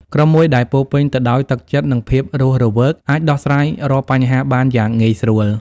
ក្រុមមួយដែលពោរពេញទៅដោយទឹកចិត្តនិងភាពរស់រវើកអាចដោះស្រាយរាល់បញ្ហាបានយ៉ាងងាយស្រួល។